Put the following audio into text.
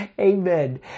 amen